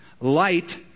light